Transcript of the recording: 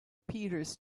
peters